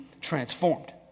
transformed